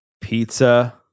pizza